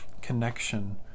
connection